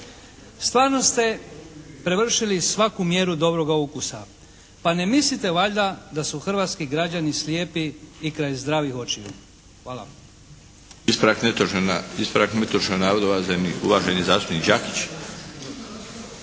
Stvarno ste prevršili svaku mjeru dobroga ukusa. Pa ne mislite valjda da su hrvatski građani slijepi i kraj zdravih očiju. Hvala.